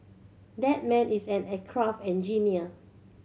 that man is an aircraft engineer